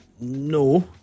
No